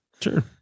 Sure